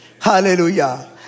Hallelujah